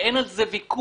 ואין על זה ויכוח,